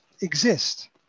exist